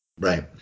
Right